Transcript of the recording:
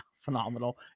phenomenal